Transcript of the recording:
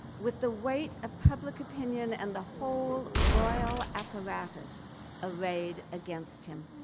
with the weight of public opinion and the whole royal apparatus arrayed against him.